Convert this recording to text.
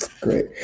Great